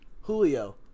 Julio